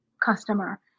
customer